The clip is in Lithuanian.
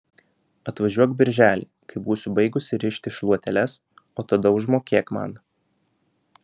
atvažiuok birželį kai būsiu baigusi rišti šluoteles o tada užmokėk man